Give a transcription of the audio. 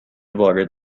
وارد